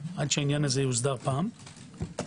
עד שזה יוסדר פעם.